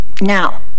Now